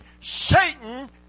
Satan